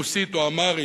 רוסית או אמהרית.